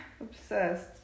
Obsessed